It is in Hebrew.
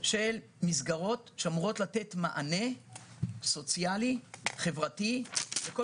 של מסגרות שאמורות לתת מענה סוציאלי חברתי לכל